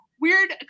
weird